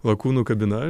lakūnų kabina